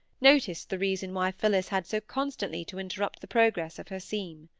noticed the reason why phillis had so constantly to interrupt the progress of her seam.